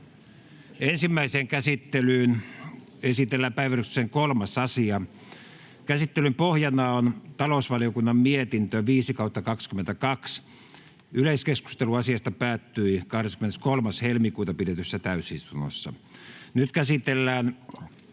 Ensimmäiseen käsittelyyn esitellään päiväjärjestyksen 3. asia. Käsittelyn pohjana on talousvaliokunnan mietintö TaVM 5/2022 vp. Yleiskeskustelu asiasta päättyi 23.2.2022 pidetyssä täysistunnossa. Nyt käsitellään